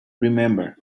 remember